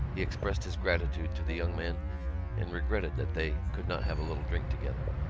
he expressed his gratitude to the young man and regretted that they could not have a little drink together.